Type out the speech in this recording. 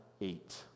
eight